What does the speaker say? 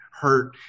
hurt